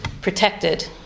Protected